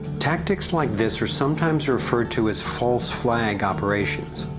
tactics like this are sometimes referred to as false flag operations.